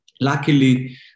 Luckily